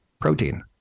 protein